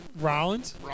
Rollins